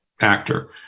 actor